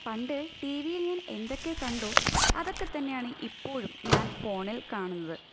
പണ്ട് ടി വിയിൽ ഞാൻ എന്തൊക്കെ കണ്ടോ അതൊക്കെ തന്നെയാണ് ഇപ്പോഴും ഞാൻ ഫോണിൽ കാണുന്നത്